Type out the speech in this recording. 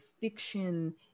fiction